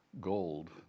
gold